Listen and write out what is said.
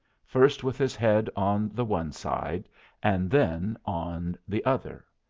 first with his head on the one side and then on the other.